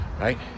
right